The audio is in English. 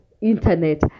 internet